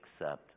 accept